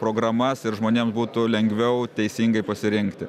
programas ir žmonėms būtų lengviau teisingai pasirinkti